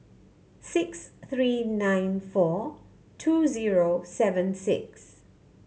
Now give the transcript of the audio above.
six three nine four two zero seven six